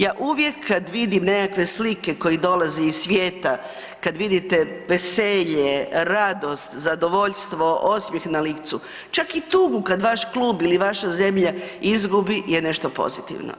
Ja uvijek kad vidim nekakve slike koje dolaze iz svijeta, kad vidite veselje, radost, zadovoljstvo, osmijeh na licu, čak i tu kad vaš klub ili vaša zemlja izgubi je nešto pozitivno.